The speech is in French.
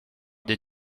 des